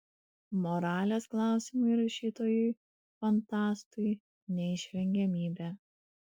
moralės klausimai rašytojui fantastui neišvengiamybė